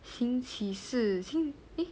星期四